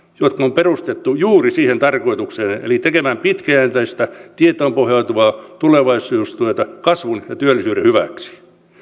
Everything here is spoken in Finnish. joka on perustettu juuri siihen tarkoitukseen eli tekemään pitkäjänteistä tietoon pohjautuvaa tulevaisuustyötä kasvun ja työllisyyden hyväksi